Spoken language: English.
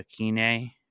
akine